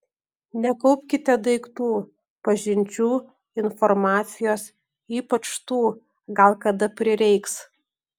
nekaupkite daiktų pažinčių informacijos ypač tų gal kada prireiks